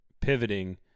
pivoting